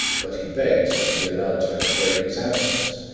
but he begged to be allowed to explain his absence,